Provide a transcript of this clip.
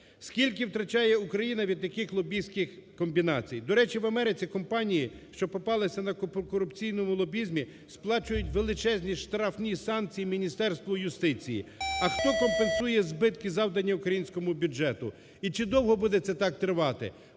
Скільки втрачає Україна від таких лобістських комбінацій? До речі, в Америці компанії, що попалися на корупційному лобізмі, сплачують величезні штарфні санкції Міністерству юстиції. А хто компенсує збитки, завдані українському бюджету, і чи довго це буде так тривати?